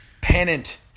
Pennant